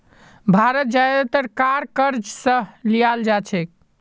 भारत ज्यादातर कार क़र्ज़ स लीयाल जा छेक